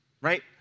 Right